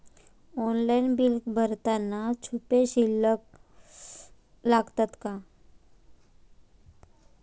Online bill भरताना छुपे शुल्क लागतात का?